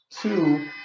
Two